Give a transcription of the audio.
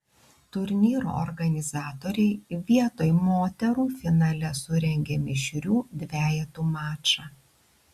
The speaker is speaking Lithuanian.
turnyro organizatoriai vietoj moterų finale surengė mišrių dvejetų mačą